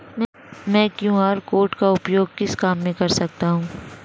मैं QR code का उपयोग किस काम में कर सकता हूं?